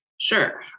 Sure